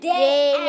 day